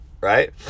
right